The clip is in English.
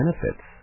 benefits